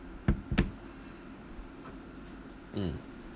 mm